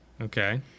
Okay